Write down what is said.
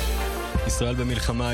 היום,